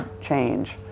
change